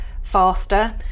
Faster